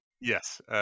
Yes